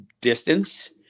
distance